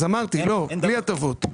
אז אמרתי, לא, בלי הטבות.